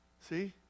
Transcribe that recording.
See